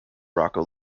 rocco